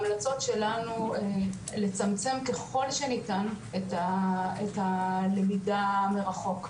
המלצות שלנו לצמצם ככל שניתן את הלמידה מרחוק,